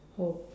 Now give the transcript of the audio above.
oh